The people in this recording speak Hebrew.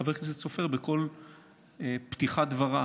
חבר הכנסת סופר בכל פתיחת דבריו.